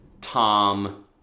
Tom